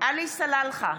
עלי סלאלחה,